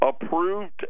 approved